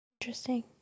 Interesting